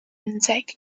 inject